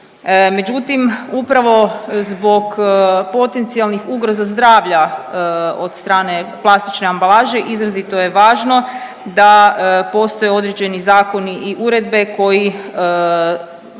međutim upravo zbog potencijalnih ugroza zdravlja od strane plastične ambalaže izrazito je važno da postoje određeni zakoni i uredbe koji